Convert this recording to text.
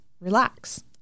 relax